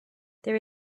there